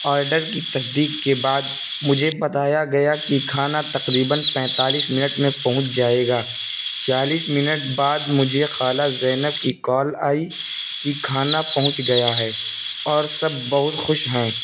order کی تصدیق کے بعد مجھے بتایا گیا کہ کھانا تقریباً پینتالیس منٹ میں پہنچ جائے گا چالیس منٹ بعد مجھے خالہ زینب کی کال آئی کہ کھانا پہنچ گیا ہے اور سب بہت خوش ہیں